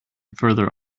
further